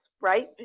right